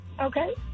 okay